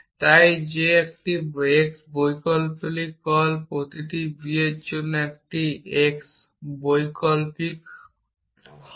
তাই যে একটি x বৈকল্পিক কল প্রতিটি b জন্য যে একটি x বৈকল্পিক হবে